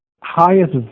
highest